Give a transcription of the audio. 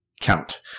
count